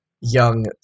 young